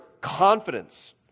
confidence